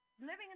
living